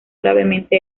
gravemente